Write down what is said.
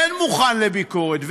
כן מוכן לביקורת,